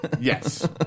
Yes